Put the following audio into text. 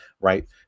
right